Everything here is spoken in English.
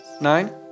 nine